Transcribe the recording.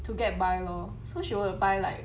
to get by lor so she will buy like